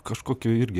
kažkokio irgi